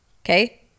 okay